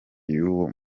y’uwo